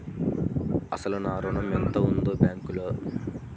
అసలు నా ఋణం ఎంతవుంది బ్యాంక్లో?